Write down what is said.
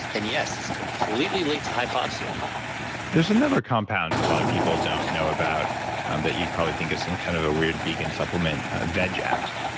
and yes it's completely linked to hypoxia there's another compound a lot of people don't know about that you'd probably think is some kind of weird vegan supplement, vegf.